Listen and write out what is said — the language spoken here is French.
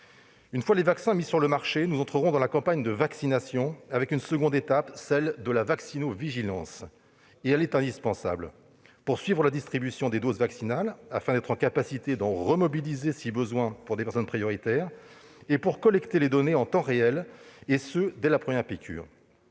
Une fois les vaccins mis sur le marché, nous entrerons dans la campagne de vaccination avec une seconde étape, celle de la vaccinovigilance, qui est indispensable pour suivre la distribution des doses vaccinales, afin que nous soyons capables d'en mobiliser de nouveau si besoin pour des personnes prioritaires. Il s'agit enfin de collecter des données en temps réel, et cela dès la première piqûre.